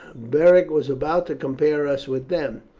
beric was about to compare us with them.